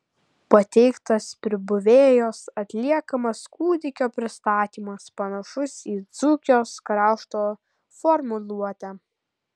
pateiktas pribuvėjos atliekamas kūdikio pristatymas panašus į dzūkijos krašto formuluotę